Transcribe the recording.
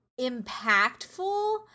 impactful